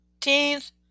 teens